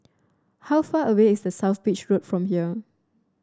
how far away is The South Beach from here